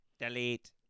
Delete